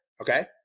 okay